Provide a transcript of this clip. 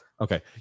Okay